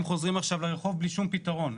הם חוזרים עכשיו לרחוב בלי שום פתרון.